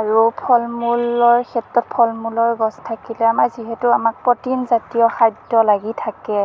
আৰু ফল মূলৰ ক্ষেত্ৰত ফল মূলৰ গছ থাকিলে আমাৰ যিহেতু আমাক প্ৰটিনজাতীয় খাদ্য লাগি থাকে